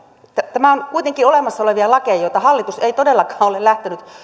tämä on kuitenkin olemassa olevia lakeja joita hallitus ei todellakaan ole lähtenyt